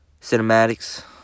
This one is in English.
cinematics